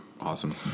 Awesome